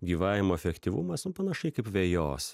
gyvavimo efektyvumas nu panašiai kaip vejos